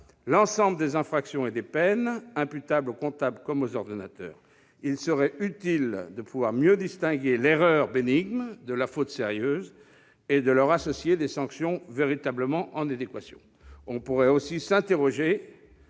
l'ensemble des infractions et des peines imputables aux comptables comme aux ordonnateurs. Il serait utile de pouvoir mieux distinguer l'erreur bénigne de la faute sérieuse, et de leur associer des sanctions véritablement en adéquation. On pourrait aussi s'interroger